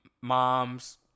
Moms